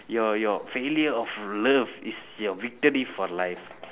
your your failure of love is your victory for life